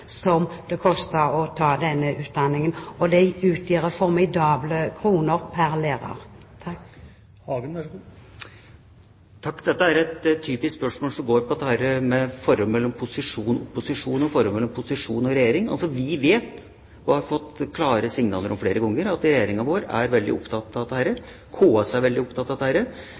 som det er å ta denne utdanningen, og det utgjør et formidabelt beløp pr. lærer. Dette er et typisk spørsmål som går på forholdet mellom posisjon og opposisjon, og forholdet mellom posisjon og regjering. Altså: Vi vet og har flere ganger fått klare signaler om at regjeringa vår er veldig opptatt av dette. KS er veldig opptatt av det.